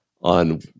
on